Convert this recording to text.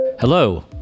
Hello